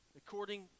according